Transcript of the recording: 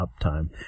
uptime